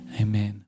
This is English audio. amen